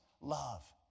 love